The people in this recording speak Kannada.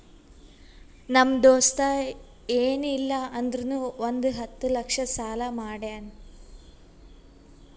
ನಮ್ ದೋಸ್ತ ಎನ್ ಇಲ್ಲ ಅಂದುರ್ನು ಒಂದ್ ಹತ್ತ ಲಕ್ಷ ಸಾಲಾ ಮಾಡ್ಯಾನ್